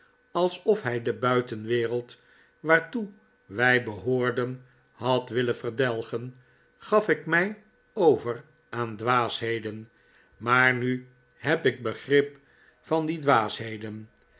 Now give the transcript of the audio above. alsof hij de buitenwereld waartoe wij behoorden had willen verdelgen gaf ik mij over aan dwaasheden maar nu heb ik begrip van die dwaasheden